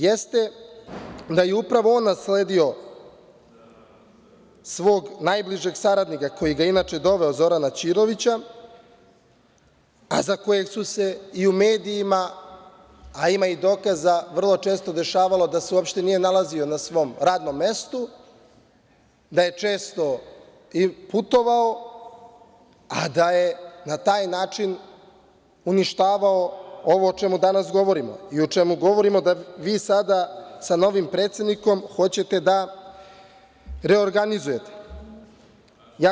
Jeste da je upravo on nasledio svog najbližeg saradnika, koji ga je inače doveo, Zorana Ćirovića, a za kojeg su se i u medijima, a ima i dokaza, vrlo često se dešavalo da se uopšte nije nalazio na svom radnom mestu, da je često i putovao, a da je na taj način uništavao ovo o čemu danas govorimo, a to je da vi sada sa novim predsednikom hoćete da reorganizujete.